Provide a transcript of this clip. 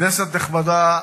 כנסת נכבדה,